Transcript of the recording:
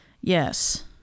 Yes